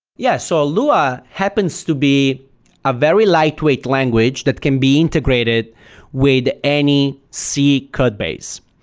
yeah so ah lua happens to be a very lightweight language that can be integrated with any c codebase.